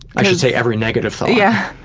i should say every negative thought. yeah.